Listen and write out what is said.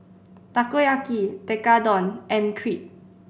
Takoyaki Tekkadon and Crepe